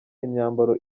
imyambaro